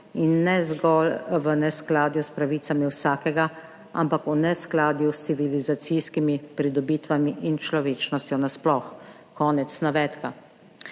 in ne zgolj v neskladju s pravicami vsakega, ampak v neskladju s civilizacijskimi pridobitvami in človečnostjo nasploh.« Konec navedka.